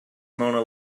mona